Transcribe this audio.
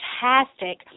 fantastic